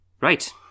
right